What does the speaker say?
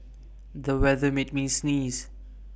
the weather made me sneeze